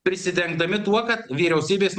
prisidengdami tuo kad vyriausybės